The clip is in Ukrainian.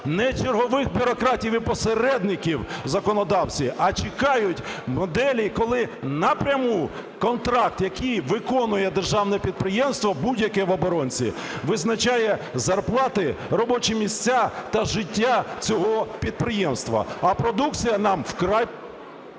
не чергових бюрократів і посередників в законодавстві, а чекають моделі, коли напряму контракт, який виконує державне підприємство, будь-яке в оборонці, визначає зарплати, робочі місця та життя цього підприємства. А продукція нам вкрай…